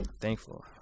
Thankful